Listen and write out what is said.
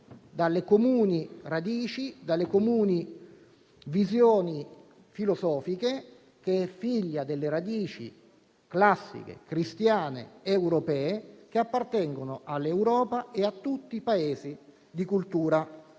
dalle comuni radici, dalle comuni visioni filosofiche, figlio delle radici classiche e cristiane europee, che appartengono all'Europa e a tutti i Paesi di cultura europea.